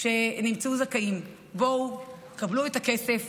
שנמצאות זכאיות: בואו, קבלו את הכסף.